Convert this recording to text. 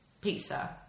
pizza